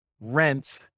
Rent